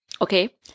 Okay